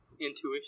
Intuition